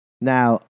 Now